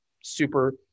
super